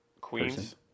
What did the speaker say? Queens